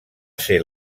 ser